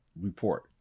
report